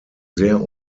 sehr